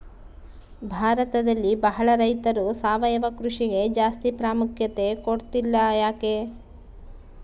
ಭಾರತದಲ್ಲಿ ಬಹಳ ರೈತರು ಸಾವಯವ ಕೃಷಿಗೆ ಜಾಸ್ತಿ ಪ್ರಾಮುಖ್ಯತೆ ಕೊಡ್ತಿಲ್ಲ ಯಾಕೆ?